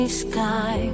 sky